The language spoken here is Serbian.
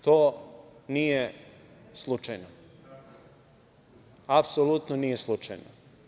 To nije slučajno, apsolutno nije slučajno.